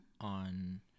on